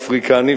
אפריקני,